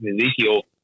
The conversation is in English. Ezekiel